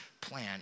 plan